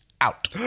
out